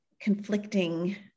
Conflicting